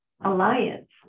alliance